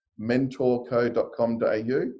mentorco.com.au